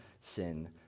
sin